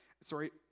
sorry